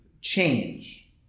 change